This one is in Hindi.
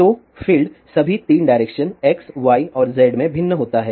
तो फील्ड सभी 3 डायरेक्शन x y और z में भिन्न होता है